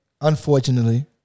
unfortunately